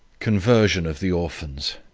conversion of the orphans.